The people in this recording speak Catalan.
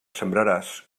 sembraràs